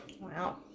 Wow